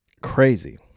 Crazy